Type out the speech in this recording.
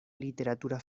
literatura